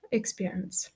experience